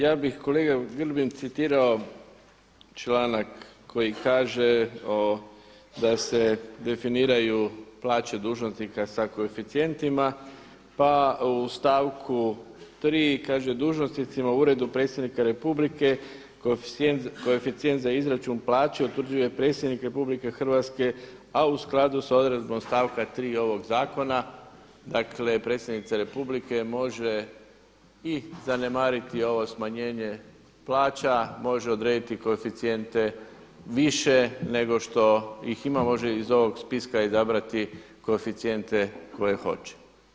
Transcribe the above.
Ja bih kolega Grbin citirao članak koji kaže da se definiraju plaće dužnosnika sa koeficijentima pa u stavku 3. kaže dužnosnicima u Uredu predsjednika Republike koeficijent za izračun plaće utvrđuje predsjedniku RH a u skladu sa odredbom stavka 3. ovoga zakona, dakle predsjednica republike može i zanemariti ovo smanjenje plaća, može odrediti koeficijente više nego što ih ima, može iz ovog spiska izabrati koeficijente koje hoće.